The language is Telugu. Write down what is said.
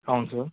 అవును సార్